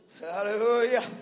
Hallelujah